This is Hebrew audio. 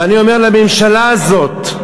ואני אומר לממשלה הזאת: